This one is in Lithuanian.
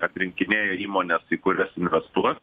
atrinkinėja įmones į kurias investuos